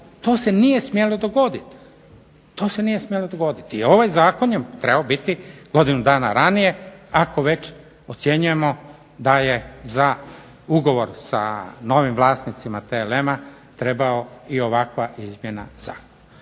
To se nije smjelo dogoditi i ovaj Zakon je trebao biti godinu dana ranije, ako već ocjenjujemo da je za ugovor sa novim vlasnicima TLM-a trebao i ovakva izmjena Zakona.